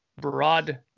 Broad